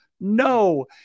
No